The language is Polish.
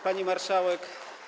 Pani Marszałek!